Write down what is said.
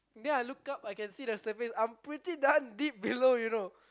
then I look up I can see the surface I 'm pretty darn deep below you know